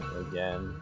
again